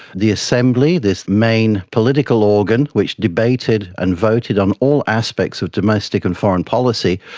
the assembly, this main political organ which debated and voted on all aspects of domestic and foreign policy,